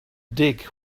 dig